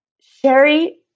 Sherry